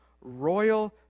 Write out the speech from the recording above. royal